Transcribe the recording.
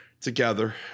together